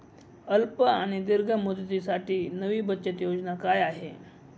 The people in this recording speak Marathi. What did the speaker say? अल्प आणि दीर्घ मुदतीसाठी नवी बचत योजना काय आहे?